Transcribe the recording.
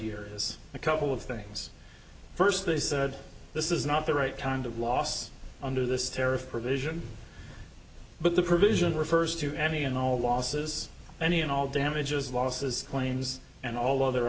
here is a couple of things first they said this is not the right kind of loss under this tariff provision but the provision refers to any and all losses any and all damages losses planes and all of the